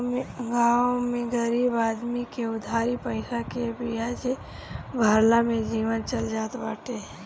गांव में गरीब आदमी में उधारी पईसा के बियाजे भरला में जीवन चल जात बाटे